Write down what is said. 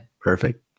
Perfect